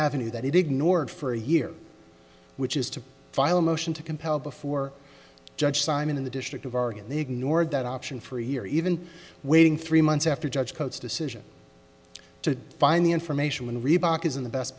avenue that it ignored for a year which is to file a motion to compel before judge simon in the district of oregon they ignored that option for a year even waiting three months after judge coats decision to find the information when reebok is in the best